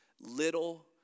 little